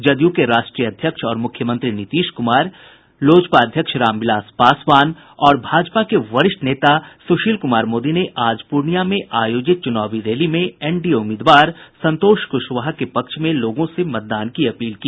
जदयू के राष्ट्रीय अध्यक्ष और मुख्यमंत्री नीतीश कुमार लोजपा अध्यक्ष रामविलास पासवान और भाजपा के वरिष्ठ नेता सुशील कुमार मोदी ने आज पूर्णियां में आयोजित चुनावी रैली में एनडीए उम्मीदवार संतोष कुशवाहा के पक्ष में लोगों से मतदान की अपील की